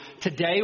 Today